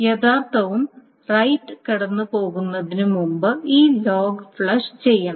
യഥാർത്ഥവും റൈററ് കടന്നുപോകുന്നതിനുമുമ്പ് ഈ ലോഗ് ഫ്ലഷ് ചെയ്യണം